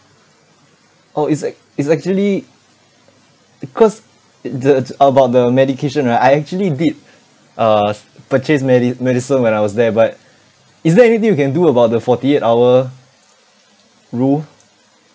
oh it's ac~ it's actually because uh the about the medication right I actually did uh s~ purchase medi~ medicine when I was there but is there anything we can do about the forty eight hour rule